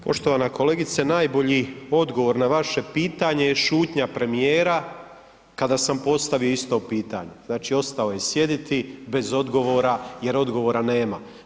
Poštovana kolegice, najbolji odgovor na vaše pitanje je šutnja premijera kada sam postavio isto pitanje, znači ostao je sjediti bez odgovora jer odgovora nema.